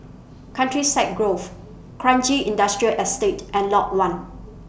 Countryside Grove Kranji Industrial Estate and Lot one